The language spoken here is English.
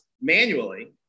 manually